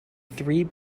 three